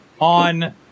on